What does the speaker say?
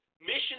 Mission